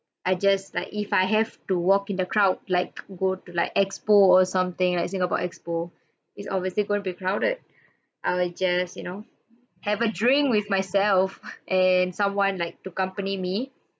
I just like if I have to walk in the crowd like go to like expo or something like singapore expo it's obviously going to be crowded I will just you know have a drink with myself and someone like to company me